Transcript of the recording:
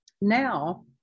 Now